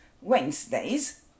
Wednesdays